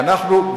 ואנחנו,